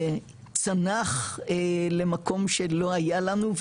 שצנח למקום שלא היה לנו.